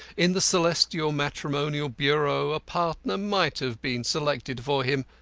in the celestial matrimonial bureau a partner might have been selected for him,